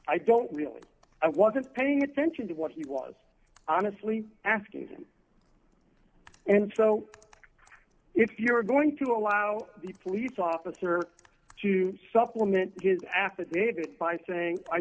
i don't really i wasn't paying attention to what he was honestly asking and so if you're going to allow the police officer to supplement his affidavit by saying i